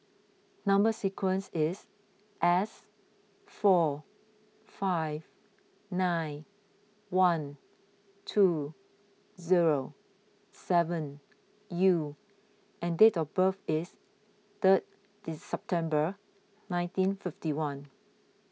Number Sequence is S four five nine one two zero seven U and date of birth is third September nineteen fifty one